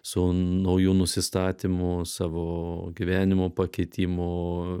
su nauju nusistatymu savo gyvenimo pakitimu